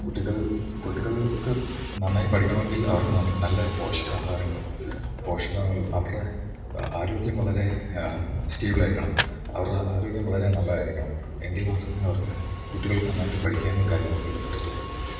കുട്ടികൾ കുട്ടികൾക്ക് നന്നായി പടിക്കാണം എങ്കിൽ അവർക്ക് നല്ല പോഷകാഹാരങ്ങളും പോഷകങ്ങളും അവർടെ ആരോഗ്യം വളരെ സ്റ്റേബിളായിരിക്കണം അവർടെ ആരോഗ്യം വളരെ നല്ലതായിരിക്കണം എങ്കിൽ മാത്രമേ അവർക്ക് കുട്ടികൾക്ക് നന്നായിട്ട് പഠിക്കാനും കാര്യങ്ങൾക്കൊക്കെ പറ്റത്തൊള്ളു അപ്പം